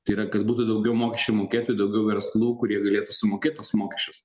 tai yra kad būtų daugiau mokesčių mokėtojų daugiau verslų kurie galėtų sumokėt tuos mokesčius